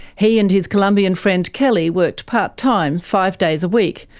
he and his colombian friend kelly worked part-time, five days a week,